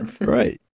right